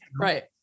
Right